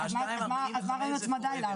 אז מה רעיון ההצמדה אליו?